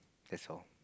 that's all